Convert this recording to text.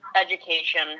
education